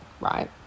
right